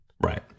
Right